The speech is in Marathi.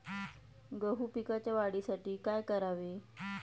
गहू पिकाच्या वाढीसाठी काय करावे?